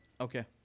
Okay